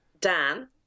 Dan